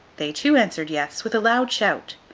they too answered yes, with a loud shout.